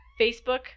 Facebook